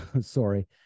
sorry